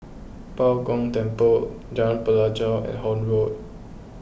Bao Gong Temple Jalan Pelajau and Horne Road